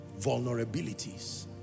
Vulnerabilities